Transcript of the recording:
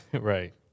Right